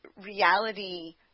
reality